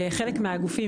חלק מהגופים,